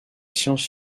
science